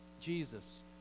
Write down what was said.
jesus